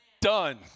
done